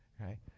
right